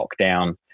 lockdown